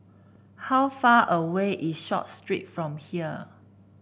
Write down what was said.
how far away is Short Street from here